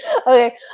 Okay